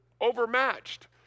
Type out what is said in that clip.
overmatched